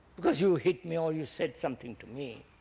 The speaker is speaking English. because you hit me or you said something to me,